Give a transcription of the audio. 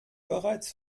bereits